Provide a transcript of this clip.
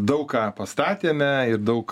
daug ką pastatėme ir daug